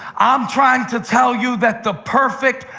i'm trying to tell you that the perfect,